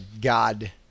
god